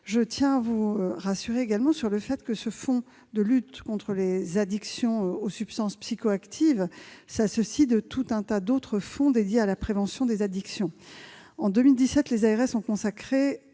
veux aussi vous rassurer sur un autre point : ce fonds de lutte contre les addictions aux substances psychoactives s'accompagne d'autres fonds dédiés à la prévention des addictions. En 2017, les ARS ont consacré